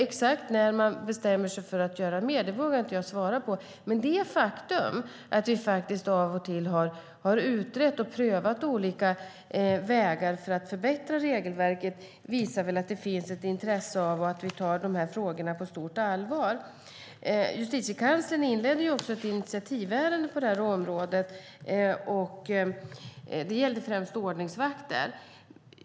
Exakt när man bestämmer sig för att göra mer vågar jag inte svara på, men det faktum att vi faktiskt av och till har utrett och prövat olika vägar för att förbättra regelverket visar väl att det finns ett intresse och att vi tar de här frågorna på stort allvar. Justitiekanslern inledde också ett initiativärende på det här området. Det gällde främst ordningsvakter.